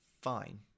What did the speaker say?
fine